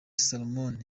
solomon